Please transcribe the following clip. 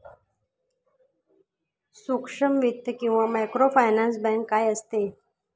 सूक्ष्म वित्त किंवा मायक्रोफायनान्स बँक काय असते?